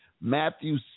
Matthew